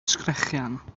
sgrechian